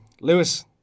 Lewis